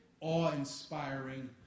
awe-inspiring